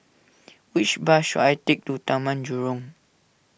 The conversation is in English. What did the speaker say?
which bus should I take to Taman Jurong